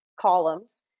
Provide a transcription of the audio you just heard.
columns